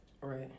right